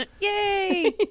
Yay